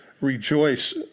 rejoice